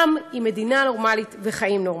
עִם מדינה נורמלית וחיים נורמליים.